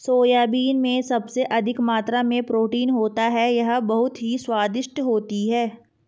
soybean में सबसे अधिक मात्रा में प्रोटीन होता है यह बहुत ही स्वादिष्ट होती हैं